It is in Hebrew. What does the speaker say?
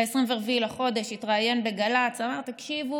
ב-25 בחודש הוא התראיין בגל"צ ואמר: תקשיבו,